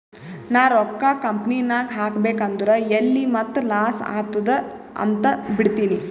ನಾ ರೊಕ್ಕಾ ಕಂಪನಿನಾಗ್ ಹಾಕಬೇಕ್ ಅಂದುರ್ ಎಲ್ಲಿ ಮತ್ತ್ ಲಾಸ್ ಆತ್ತುದ್ ಅಂತ್ ಬಿಡ್ತೀನಿ